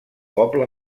poble